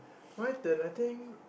what the nothing